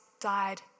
died